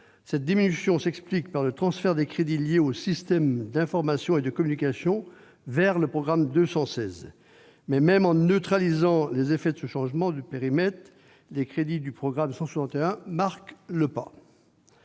Cette diminution s'explique par le transfert des crédits liés aux systèmes d'information et de communication vers le programme 216. Toutefois, même en neutralisant les effets de ce changement de périmètre, les crédits de paiement du programme 161 marquent le pas.